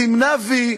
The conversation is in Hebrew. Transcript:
סימנה "וי"